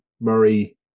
Murray